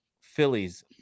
Phillies